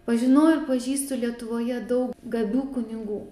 pažinojau pažįstu lietuvoje daug gabių kunigų